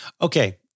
Okay